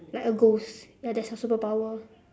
like a ghost ya that's your superpower